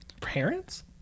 parents